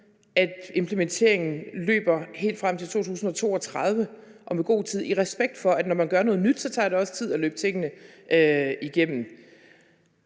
at implementeringen løber helt frem til 2032, og at der er god tid, i respekt for at når man gør noget nyt, tager det også tid at løbe tingene igennem.